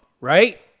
right